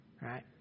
right